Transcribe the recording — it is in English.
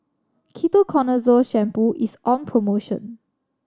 Ketoconazole Shampoo is on promotion